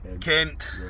Kent